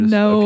no